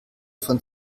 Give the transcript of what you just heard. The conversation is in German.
von